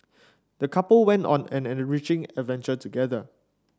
the couple went on an enriching adventure together